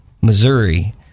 missouri